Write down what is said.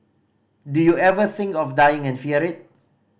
do you ever think of dying and fear it